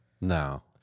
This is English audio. no